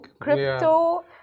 crypto